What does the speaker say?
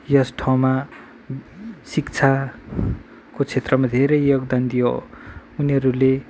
यस ठाउँमा शिक्षाको क्षेत्रमा धेरै योगदान दियो उनीहरूले